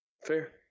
Fair